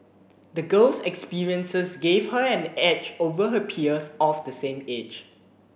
the girl's experiences gave her an edge over her peers of the same age